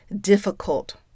difficult